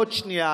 עוד שנייה.